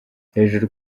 hejuru